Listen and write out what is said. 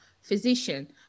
physician